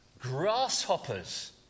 grasshoppers